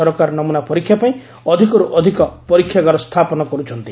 ସରକାର ନମୁନା ପରୀକ୍ଷା ପାଇଁ ଅଧିକରୁ ଅଧିକ ପରୀକ୍ଷାଗାର ସ୍ଥାପନ କରୁଛନ୍ତି